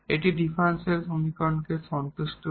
এটি এই ডিফারেনশিয়াল সমীকরণকে সন্তুষ্ট করে